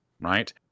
right